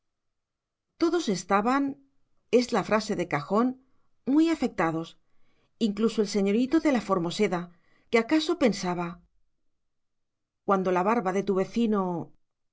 todos estaban es la frase de cajón muy afectados incluso el señorito de la formoseda que acaso pensaba cuando la barba de tu vecino